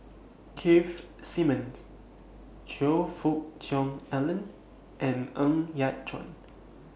Keith Simmons Choe Fook Cheong Alan and Ng Yat Chuan